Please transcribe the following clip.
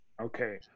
Okay